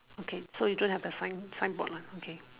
okay so you don't have the sign sign board lah okay